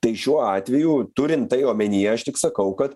tai šiuo atveju turint tai omenyje aš tik sakau kad